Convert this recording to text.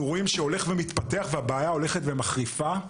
רואים שהולך ומתפתח והבעיה הולכת ומחריפה.